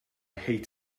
hate